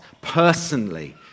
personally